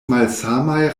malsamaj